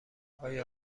آیا